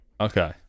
Okay